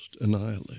annihilate